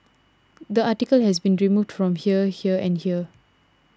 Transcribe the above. the article has been removed from here here and here